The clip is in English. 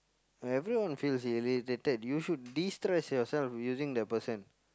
everyone feels irritated you should destress yourself using the person